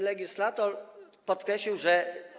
Legislator podkreślił, że.